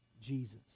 Jesus